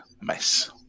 mess